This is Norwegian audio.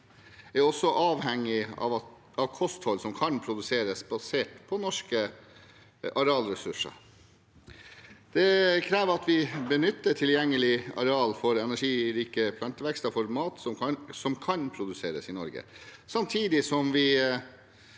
er også avhengig av kosthold som kan produseres basert på norske arealressurser. Det krever at vi benytter tilgjengelig areal for energirike plantevekster til mat som kan produseres i Norge, samtidig som